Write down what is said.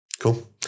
cool